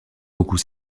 beaucoup